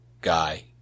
guy